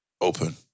open